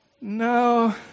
no